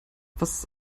was